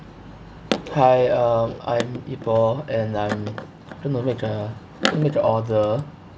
hi um I'm ipor and I'm don't know make a think make a order